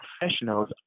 professionals